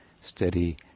steady